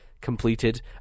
completed